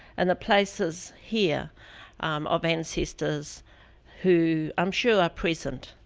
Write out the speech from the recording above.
and the places here of ancestors who, i'm sure are present,